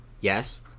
Yes